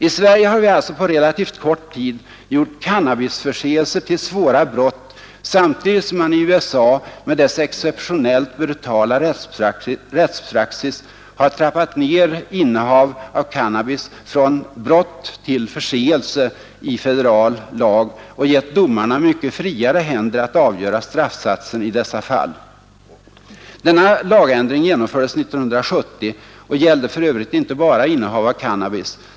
I Sverige har vi alltså på relativt kort tid gjort cannabisförseelser till svåra brott, samtidigt som man i USA med dess exceptionellt brutala rättspraxis har trappat ned innehav av cannabis från ”brott” till ”förseelse” i federal lag och gett domarna mycket friare händer att avgöra straffsatsen i dessa fall. Denna lagändring trädde i kraft år 1970 och gällde för övrigt inte bara innehav av cannabis.